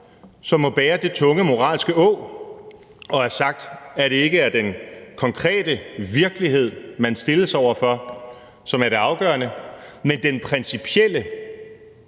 som må bære det tunge moralske åg at have sagt, at det ikke er den konkrete virkelighed, man stilles over for, som er det afgørende, men den principielle